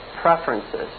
preferences